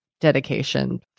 dedication